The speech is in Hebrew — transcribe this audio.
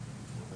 להם.